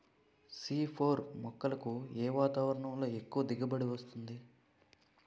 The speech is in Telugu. సి ఫోర్ మొక్కలను ఏ వాతావరణంలో ఎక్కువ దిగుబడి ఇస్తుంది?